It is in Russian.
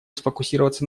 сфокусироваться